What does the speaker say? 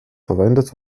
verwendet